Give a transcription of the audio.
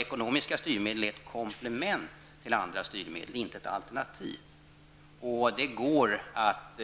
Ekonomiska styrmedel är ett komplement till andra styrmedel, inte ett alternativ. Det går att,